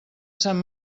sant